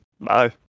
Bye